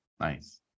Nice